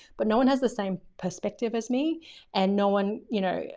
but no one has the same perspective as me and no one, you know,